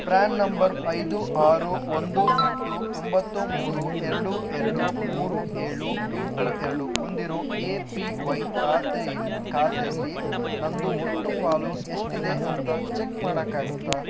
PRAN number ಐದು ಆರು ಒಂದು ಎಂಟು ಒಂಬತ್ತು ಮೂರು ಎರಡು ಎರಡು ಮೂರು ಏಳು ಎಂಟು ಎರಡು ಹೊಂದಿರೋ ಎ ಪಿ ವೈ ಖಾತೆಯಿಲ್ ಖಾತೆಯಲ್ಲಿ ನಂದು ಒಟ್ಟು ಪಾಲು ಎಷ್ಟಿದೆ ಅಂತ ಚೆಕ್ ಮಾಡೊಕಾಗುತ್ತಾ